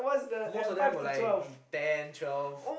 most of them were like ten twelve